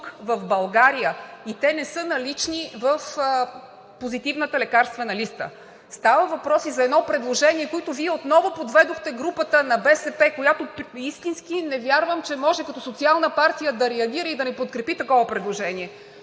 в България, и те не са налични в позитивната лекарствена листа. Става въпрос и за едно предложение, за което Вие отново подведохте групата на БСП, и което наистина не вярвам, че тя като социална партия може да не реагира и да не го подкрепи. Тогава Вие